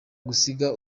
gusiga